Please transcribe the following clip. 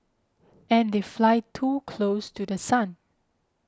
and they fly too close to The Sun